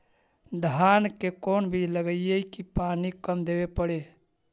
धान के कोन बिज लगईऐ कि पानी कम देवे पड़े?